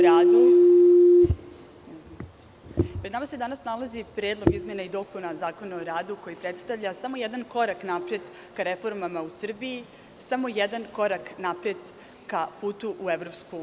Pred nama se danas nalazi Predlog izmena i dopuna Zakona o radu koji predstavlja samo jedan korak napred ka reformama u Srbiji, samo jedan korak napred ka putu u EU.